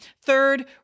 Third